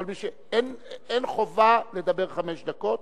אין חובה לדבר חמש דקות,